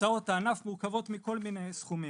הוצאות הענף מורכבות מכל מיני סכומים,